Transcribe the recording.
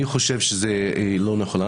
אני חושב שהיא לא נכונה,